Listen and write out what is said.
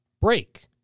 Break